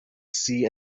sea